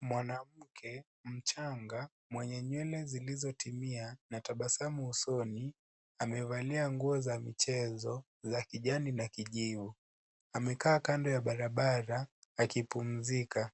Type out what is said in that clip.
Mwanamke mchanga mwenye Nywele zilizotimia na tabasamu usoni, amevalia nguo za mchezo, za kijani na kijivu amekaa kando ya barabara akipumsika.